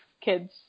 kids